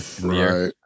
Right